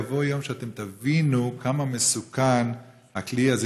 יבוא יום ואתם תבינו כמה מסוכן הכלי הזה,